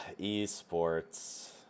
eSports